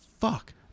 fuck